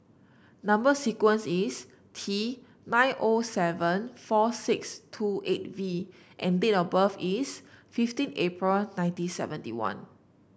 number sequence is T nine O seven four six two eight V and date of birth is fifteen April nineteen seventy one